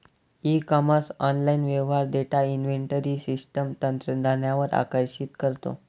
E commerce online व्यवहार data inventory system तंत्रज्ञानावर आकर्षित करतो